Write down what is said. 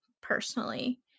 personally